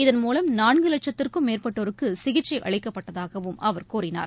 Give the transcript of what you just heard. இதன்மூலம் நான்குவட்சத்திற்கும் மேற்பட்டோருக்குசிகிச்சைஅளிக்கப்பட்டதாகவும் அவர் கூறினார்